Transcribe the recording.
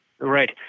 Right